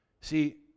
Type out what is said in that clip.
See